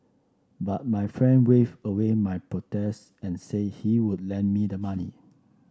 but my friend wave away my protests and say he would lend me the money